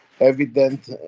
evident